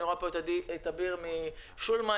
אני רואה פה את אביר קארה מתנועת "אני שולמן",